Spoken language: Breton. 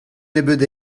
nebeud